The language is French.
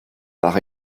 par